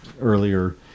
earlier